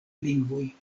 lingvoj